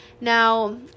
now